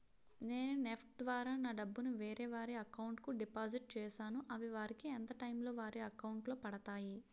నేను నెఫ్ట్ ద్వారా నా డబ్బు ను వేరే వారి అకౌంట్ కు డిపాజిట్ చేశాను అవి వారికి ఎంత టైం లొ వారి అకౌంట్ లొ పడతాయి?